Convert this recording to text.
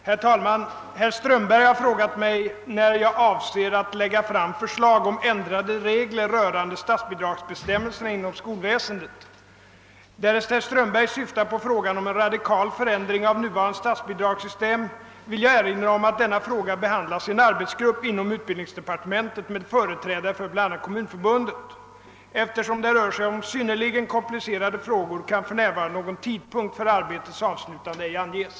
Herr talman! Herr Strömberg har frågat mig när jag avser att lägga fram förslag om ändrade regler rörande statsbidragsbestämmelserna inom skolväsendet. Därest herr Strömberg syftar på frågan om en radikal förändring av nuvarande statsbidragssystem, vill jag erinra om att denna fråga behandlas i en arbetsgrupp inom utbildningsdepartementet med företrädare för bl.a. Kommunförbundet. Eftersom det rör sig om synnerligen komplicerade frågor, kan för närvarande någon tidpunkt för arbetets avslutande icke anges.